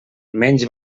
menys